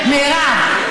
מירב,